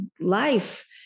life